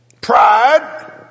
Pride